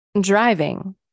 Driving